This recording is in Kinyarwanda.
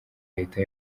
leta